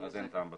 אז אין טעם בזה.